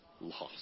Lost